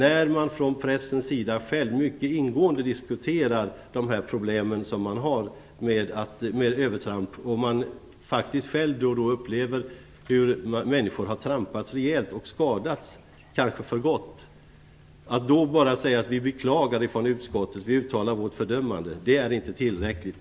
Även från pressens sida diskuterar man mycket ingående problemen med övertramp. De upplever faktiskt själva då och då hur människor har trampats rejält och skadats, kanske för gott. Att utskottet då bara säger att de beklagar och uttalar sitt fördömande är inte tillräckligt.